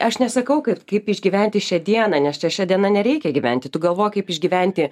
aš nesakau kad kaip išgyventi šią dieną nes čia šia diena nereikia gyventi tu galvoji kaip išgyventi